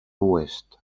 oest